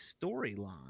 storyline